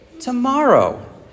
tomorrow